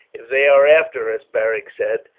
if they are after us, beric said,